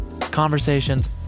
conversations